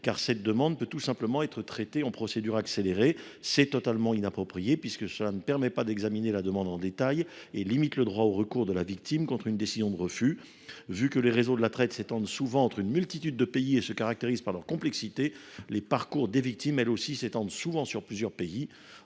car cette demande peut tout simplement être traitée en procédure accélérée. C’est totalement inapproprié, puisque cela ne permet pas d’examiner la demande en détail et limite le droit au recours de la victime contre une décision de refus. Étant donné que les réseaux de la traite s’étendent souvent entre une multitude de pays et qu’ils se caractérisent par leur complexité, les parcours des victimes, eux aussi, s’étendent souvent sur plusieurs pays.